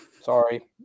Sorry